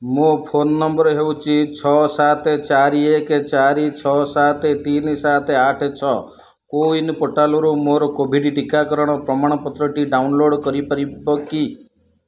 ମୋ phone number ହେଉଛି ଛଅ ସାତ ଚାରି ଏକ ଚାରି ଛଅ ସାତ ତିନ ସାତ ଆଠ ଛଅ କୋୱିନ୍ ପୋର୍ଟାଲ୍ରୁ ମୋର କୋଭିଡ଼୍ ଟିକାକରଣ ପ୍ରମାଣପତ୍ରଟି ଡାଉନଲୋଡ଼୍ କରିପାରିବ କି